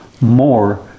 more